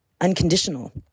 unconditional